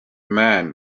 man